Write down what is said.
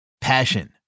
Passion